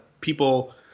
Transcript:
people